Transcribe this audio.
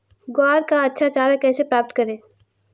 ग्वार का अच्छा चारा कैसे प्राप्त करें?